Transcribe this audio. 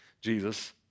Jesus